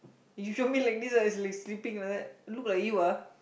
you show me like this like like sleeping like that look like you ah